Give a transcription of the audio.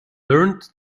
learned